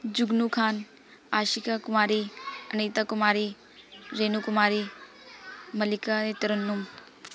ਜੁਗਨੂੰ ਖਾਨ ਆਸ਼ਿਕਾ ਕੁਮਾਰੀ ਅਨੀਤਾ ਕੁਮਾਰੀ ਰੇਨੂੰ ਕੁਮਾਰੀ ਮਲਿਕਾ ਏ ਤਰੱਨੁਮ